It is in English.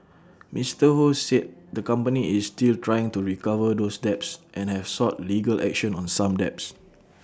Mister ho said the company is still trying to recover those debts and have sought legal action on some debts